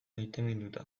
maiteminduta